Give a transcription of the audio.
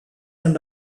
and